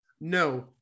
No